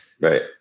Right